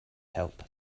help